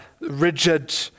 rigid